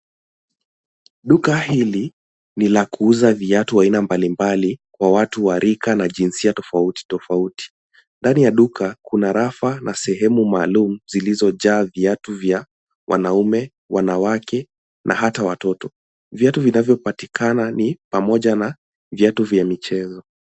Duka hili ni la kuuza viatu aina mbalimbali kwa watu wa rika na jinsia tofauti tofauti. Ndani ya duka kuna rafu na sehemu maalum zilizojaa viatu vya wanaume, wanawake na hata watoto. Viatu vinavyopatikana ni pamoja na viatu vya michezo.